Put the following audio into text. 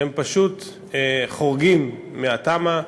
שפשוט חורגים מהתמ"א